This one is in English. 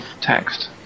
text